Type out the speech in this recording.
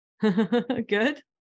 Good